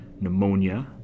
pneumonia